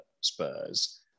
Spurs